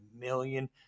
million